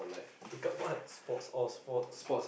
take up what sports oh sports